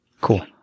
cool